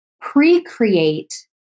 pre-create